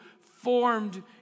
formed